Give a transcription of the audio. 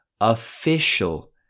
official